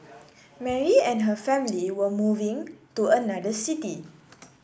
Mary and her family were moving to another city